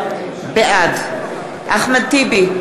בעד אחמד טיבי,